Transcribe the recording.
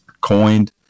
coined